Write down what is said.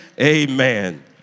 amen